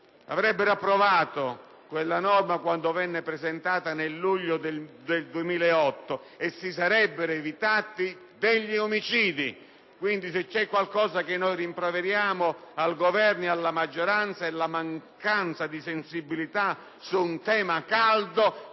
avrebbero approvato quella norma quando venne presentata nel luglio del 2008 e si sarebbero evitati degli omicidi. Quindi, se c'è qualcosa che rimproveriamo al Governo ed alla maggioranza è la mancanza di sensibilità su un tema caldo.